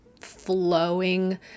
flowing